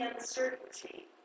uncertainty